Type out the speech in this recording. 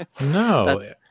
no